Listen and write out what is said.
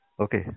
Okay